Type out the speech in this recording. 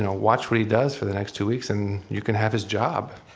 and watch what he does for the next two weeks and you can have his job.